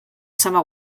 zama